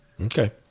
Okay